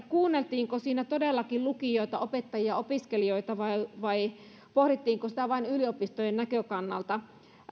kuunneltiinko siinä todellakin lukioita opettajia opiskelijoita vai vai pohdittiinko sitä vain yliopistojen näkökannalta